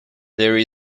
there